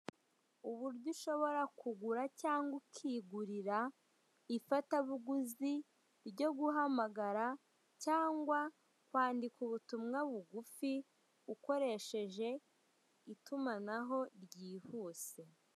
Uburyo ushobora kugura cyangwa ukigurira ifatabuguzi ro guhamagara cyangwa ukandika ubutumwa bugufi ukoresheje itumanaho ryihuse.